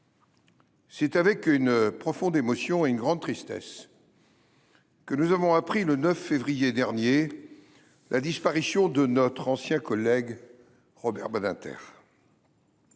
c’est avec une profonde émotion et une grande tristesse que nous avons appris, le 9 février dernier, la disparition de notre ancien collègue Robert Badinter.